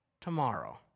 tomorrow